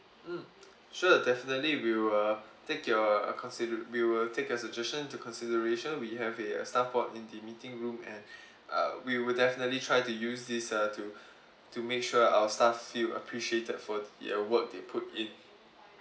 mm sure definitely we'll uh take your uh consider~ we will take your suggestion to consideration we have a staff for in the meeting room and uh we will definitely try to use this uh to to make sure our staff feel appreciated for the work they put in